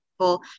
people